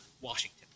Washington